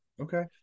Okay